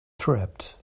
trapped